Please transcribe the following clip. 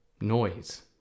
noise